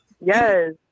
Yes